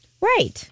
Right